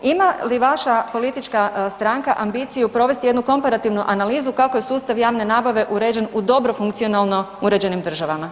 Ima li vaša politička stranka ambiciju provesti jednu komparativnu analizu kako je sustav javne nabave uređen u dobro funkcionalno uređenim državama?